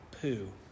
poo